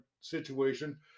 situation